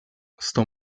sto